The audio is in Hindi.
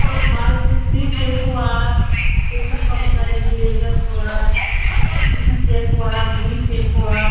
और बाल का जे थ्री स्टेप हुआ ये सब का कितना लेंगी लेजर हुआ यू सेप हुआ भी सेप हुआ